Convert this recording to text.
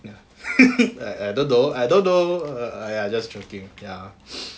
ya I don't know I don't know !aiya! just joking ya